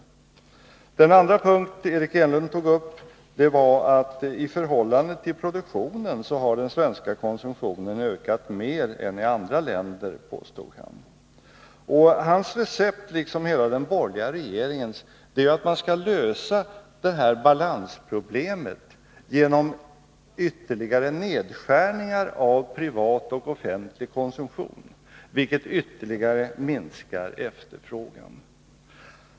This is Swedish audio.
En andra punkt som Eric Enlund tog upp var att den svenska konsumtionen i förhållande till produktionen har ökat mer än i andra länder, som han påstod. Och hans — liksom hela den borgerliga regeringens — recept är att man skall lösa balansproblemen genom ytterligare nedskärningar av den privata och offentliga konsumtionen, vilket ytterligare minskar efterfrågan.